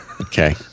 Okay